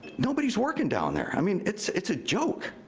nobody's working down there. i mean, it's it's a joke.